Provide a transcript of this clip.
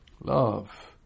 Love